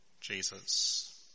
Jesus